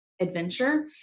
adventure